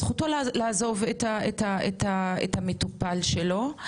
זכותו לעזוב את המטופל שלו,